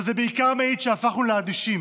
אבל זה בעיקר מעיד שהפכנו לאדישים,